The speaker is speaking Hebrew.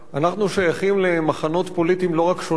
אנחנו שייכים למחנות פוליטיים לא רק שונים,